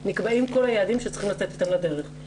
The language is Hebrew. נקבעים כל היעדים שצריך לצאת איתם לדרך.